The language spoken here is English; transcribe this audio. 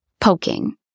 poking